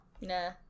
Nah